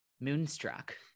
Moonstruck